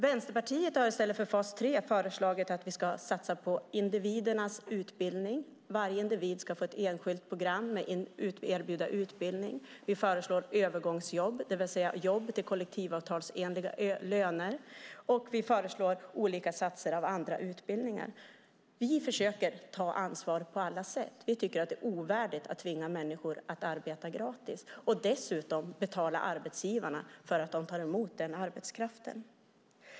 Vänsterpartiet har föreslagit att man i stället för fas 3 ska satsa på individuell utbildning. Varje individ ska erbjudas ett enskilt utbildningsprogram. Vi föreslår övergångsjobb, det vill säga jobb till kollektivavtalsenliga löner, och olika utbildningssatsningar. Vi försöker ta ansvar på alla sätt. Vi tycker att det ovärdigt att tvinga människor att arbeta gratis och att man dessutom betalar arbetsgivarna för att ta emot denna arbetskraft.